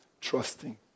trusting